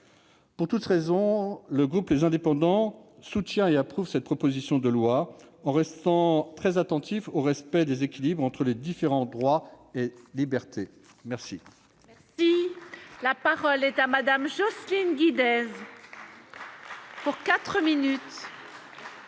Pour toutes ces raisons, le groupe Les Indépendants soutient et approuve cette proposition de loi, tout en restant attentif au respect des équilibres entre les différents droits et libertés. La parole est à Mme Jocelyne Guidez. Madame